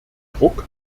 druck